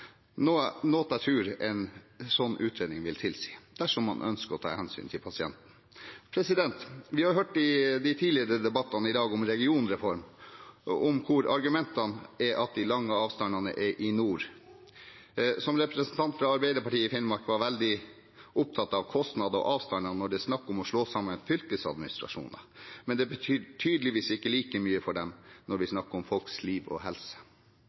noe jeg tror en slik utredning vil tilsi – dersom man ønsker å ta hensyn til pasienten. I de tidligere debattene i dag har vi hørt om regionreform og argumentene om at de lange avstandene er i nord. Representanten fra Arbeiderpartiet i Finnmark var veldig opptatt av kostnader og avstander når det er snakk om å slå sammen fylkesadministrasjoner, men det betyr tydeligvis ikke like mye for dem når vi snakker om folks liv og helse.